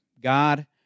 God